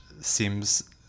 seems